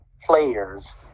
Players